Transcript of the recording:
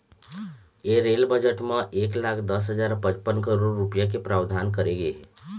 ए rail budget म एक लाख दस हजार पचपन करोड़ रूपिया के प्रावधान करे गे हे